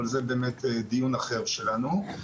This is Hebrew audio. אבל זה דיון אחר שלנו.